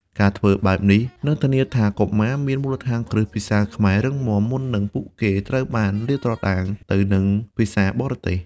ការធ្វើបែបនេះនឹងធានាថា កុមារមានមូលដ្ឋានគ្រឹះភាសាខ្មែររឹងមាំ មុននឹងពួកគេត្រូវបានលាតត្រដាងទៅនឹងភាសាបរទេស។